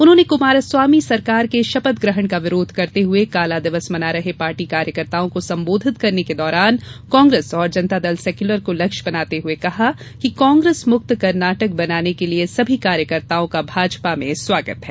उन्होंने कुमारस्वामी सरकार के शपथ ग्रहण का विरोध करते हुए काला दिवस मना रहे पार्टी कार्यकर्ताओं को संबोधित करने के दौरान कांग्रेस और जनता दल एस को लक्ष्य बनाते हुए कहा कि कांग्रेसमुक्त कर्नाटक बनाने के लिए सभी कार्यकर्ताओं का भाजपा में स्वागत है